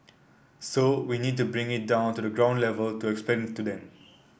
so we need to bring it down to the ground level to explain to them